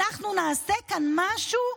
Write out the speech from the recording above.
אנחנו נעשה כאן משהו,